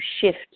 shift